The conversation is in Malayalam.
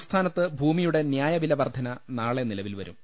സംസ്ഥാനത്ത് ഭൂമിയുടെ ന്യായപ്പിൽവർധന നാളെ നിലവിൽ വരും